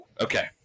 Okay